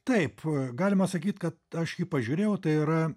taip galima sakyt kad aš jį pažiūrėjau tai yra